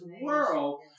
world